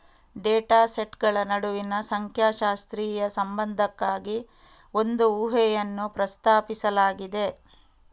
data ಸೆಟ್ಗಳ ನಡುವಿನ ಸಂಖ್ಯಾಶಾಸ್ತ್ರೀಯ ಸಂಬಂಧಕ್ಕಾಗಿ ಒಂದು ಊಹೆಯನ್ನು ಪ್ರಸ್ತಾಪಿಸಲಾಗಿದೆ